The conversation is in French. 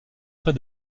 près